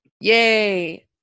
Yay